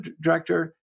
Director